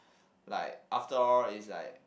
like after all its like